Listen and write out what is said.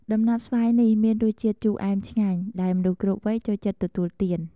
ដំណាប់ស្វាយនេះមានរសជាតិជូរអែមឆ្ងាញ់ ដែលមនុស្សគ្រប់វ័យចូលចិត្តទទួលទាន។